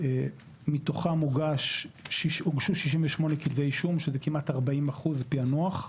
מתוכם הוגשו 68 כתבי אישום, שזה כמעט 40% פענוח.